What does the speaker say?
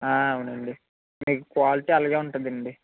అవునండి మీకు క్వాలిటీ అలాగే ఉంటుందండి